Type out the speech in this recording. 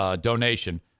donation